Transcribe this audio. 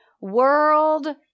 world